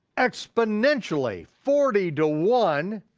exponentially, forty to one,